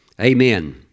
Amen